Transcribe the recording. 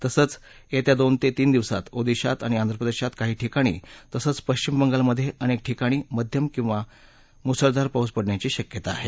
तसंच येत्या दोन ते तीन दिवसात ओदिशात आणि आंध्रप्रदेशात काही ठिकाणी तसंच पश्विम बंगालमधे अनेक ठिकाणी मध्यम किंवा मुसळधार पाऊस पडण्याची शक्यता आहे